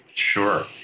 Sure